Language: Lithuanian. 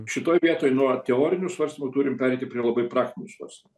šitoj vietoj nuo teorinių svarstymų turim pereiti prie labai praktiškos